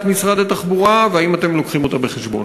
משרד התחבורה והאם אתם מביאים אותה בחשבון?